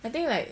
I think like